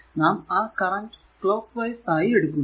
നാം ആ current clockwise ആയിഎടുക്കുന്നു